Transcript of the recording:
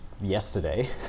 yesterday